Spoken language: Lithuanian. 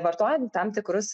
vartojant tam tikrus